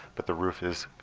but the roof is